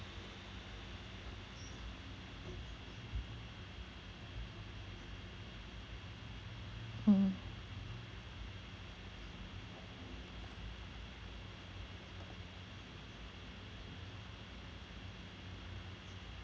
mm